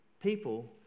people